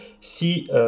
si